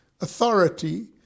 authority